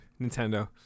Nintendo